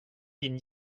din